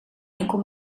enkel